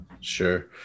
sure